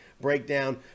breakdown